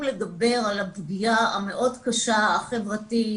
לדבר על הפגיעה המאוד קשה החברתית,